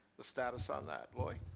the status on that. louie?